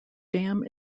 dam